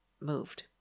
moved